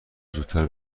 زودتر